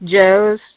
Joe's